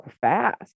fast